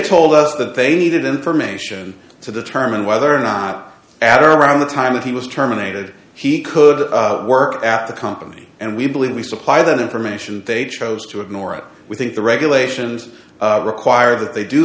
told us that they needed information to determine whether or not after around the time that he was terminated he could work at the company and we believe we supply that information they chose to ignore it we think the regulations require that they do